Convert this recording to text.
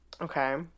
Okay